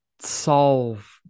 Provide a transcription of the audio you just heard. solve